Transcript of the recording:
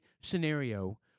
scenario